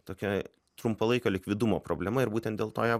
tokia trumpalaikio likvidumo problema ir būtent dėl to ją